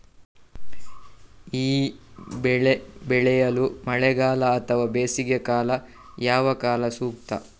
ಈ ಬೆಳೆ ಬೆಳೆಯಲು ಮಳೆಗಾಲ ಅಥವಾ ಬೇಸಿಗೆಕಾಲ ಯಾವ ಕಾಲ ಸೂಕ್ತ?